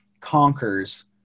conquers